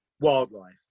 wildlife